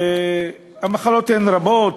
והמחלות הן רבות: